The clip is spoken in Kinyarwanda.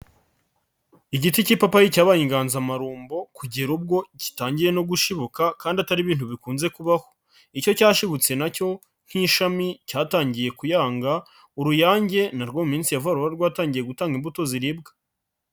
Igiti k'ipapayi cyabaye inganzamarumbo, kugera ubwo gitangiye no gushibuka kandi atari ibintu bikunze kubaho. Icyo cyashibutse nacyo nk'ishami cyatangiye kuyanga, uruyange narwo mininsi ya vuba ruraba rwatangiye gutanga imbuto ziribwa.